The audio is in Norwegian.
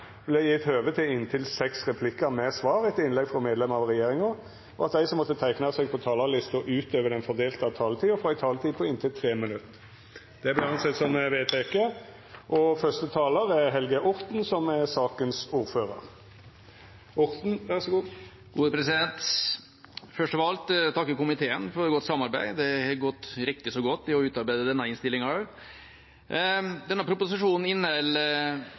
vil presidenten føreslå at det – innanfor den fordelte taletida – vert gjeve høve til inntil seks replikkar med svar etter innlegg frå medlemer av regjeringa, og at dei som måtte teikna seg på talarlista utover den fordelte taletida, òg får ei taletid på inntil 3 minutt. – Det er vedteke. Først av alt vil jeg takke komiteen for godt samarbeid. Det har gått riktig så godt å utarbeide også denne innstillingen. Denne proposisjonen